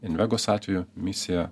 invegos atveju misija